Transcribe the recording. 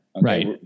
Right